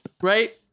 Right